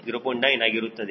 9 ಆಗಿರುತ್ತದೆ